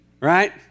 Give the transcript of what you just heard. Right